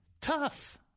Tough